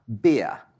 beer